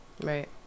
Right